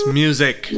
music